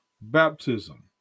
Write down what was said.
baptism